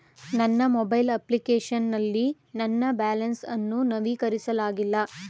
ನನ್ನ mobile application ನಲ್ಲಿ ನನ್ನ ಬ್ಯಾಲೆನ್ಸ್ ಅನ್ನು ನವೀಕರಿಸಲಾಗಿಲ್ಲ